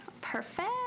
perfect